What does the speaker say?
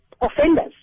offenders